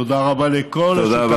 תודה רבה, אדוני.